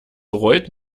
rollt